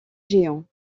géants